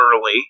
early